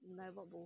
no I brought both